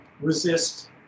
resist